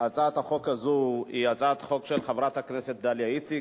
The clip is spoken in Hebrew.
הצעת החוק הזאת היא הצעת חוק של חברת הכנסת דליה איציק,